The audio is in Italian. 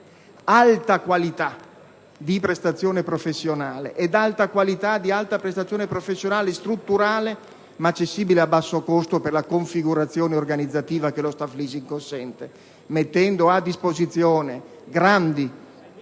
alta qualità di prestazione professionale ed alta qualità di prestazione professionale strutturale, ma accessibile a basso costo per la configurazione organizzativa che lo *staff leasing* consente, mettendo a disposizione grandi